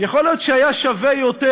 שיכול להיות שהיה שווה יותר,